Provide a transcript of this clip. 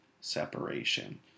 separation